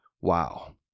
Wow